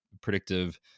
predictive